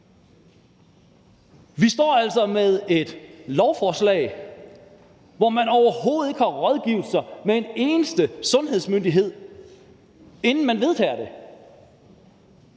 Vi står altså med et lovforslag, hvor man overhovedet ikke har ladet sig rådgive af en eneste sundhedsmyndighed, inden man vedtager det.